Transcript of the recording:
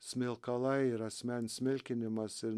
smilkalai ir asmens smilkinimas ir